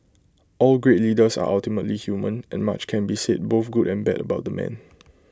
all great leaders are ultimately human and much can be said both good and bad about the man